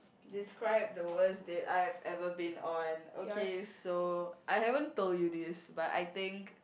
describe the worst day I have ever been on okay so I haven't told you this but I think